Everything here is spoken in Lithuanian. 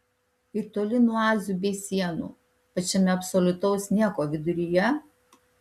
ir toli nuo oazių bei sienų pačiame absoliutaus nieko viduryje